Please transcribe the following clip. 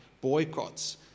boycotts